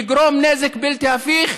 יגרום נזק בלתי הפיך.